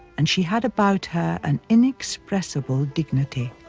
and she had about her an inexpressible dignity.